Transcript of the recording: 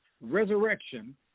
resurrection